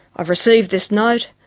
i've received this note,